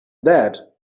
that